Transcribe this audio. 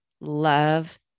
love